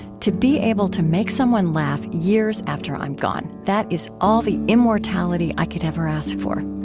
to be able to make someone, laugh years after i'm gone, that is all the immortality i could ever ask for.